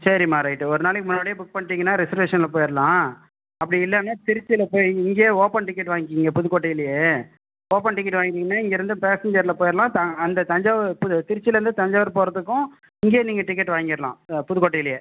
சரிம்மா ரைட் ஒரு நாளைக்கு முன்னாடியே புக் பண்ணிட்டிங்கன்னா ரிசேர்வேஷனில் போய்ரலாம் அப்படி இல்லைன்னா திருச்சியில் போய் இங்கேயே ஓபன் டிக்கெட் வாங்கிக்கோங்க புதுக்கோட்டையிலேயே ஓபன் டிக்கெட் வாங்கிடிங்கனா இங்கிருந்து பேஸ்சேன்ஜரில் போய்ரலாம் அந்த தஞ்சாவூர் திருச்சியிலருந்து தஞ்சாவூர் போவதுக்கும் இங்கேயே நீங்கள் டிக்கெட் வாங்கிக் கொள்ளலாம் புதுக்கோட்டையிலேயே